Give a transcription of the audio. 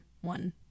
one